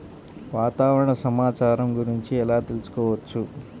వాతావరణ సమాచారం గురించి ఎలా తెలుసుకోవచ్చు?